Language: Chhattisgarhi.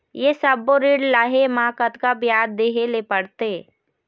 ये सब्बो ऋण लहे मा कतका ब्याज देहें ले पड़ते?